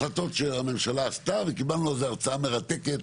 שהממשלה עשתה וקיבלנו על זה הרצאה מרתקת